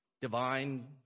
divine